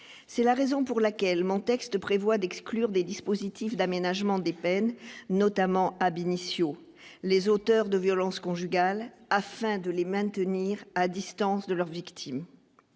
c'est la raison pour laquelle mon texte prévoit d'exclure des dispositifs d'aménagement des peines, notamment à Binic sur les auteurs de violences conjugales, afin de les maintenir à distance de leurs victimes,